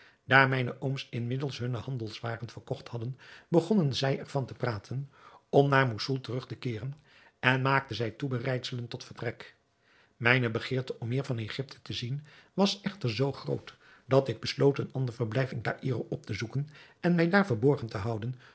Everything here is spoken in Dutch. daar mijne ooms inmiddels hunne handelswaren verkocht hadden begonnen zij er van te praten om naar moussoul terug te keeren en maakten zij toebereidselen tot vertrek mijne begeerte om meer van egypte te zien was echter zoo groot dat ik besloot een ander verblijf in caïro op te zoeken en mij daar verborgen te houden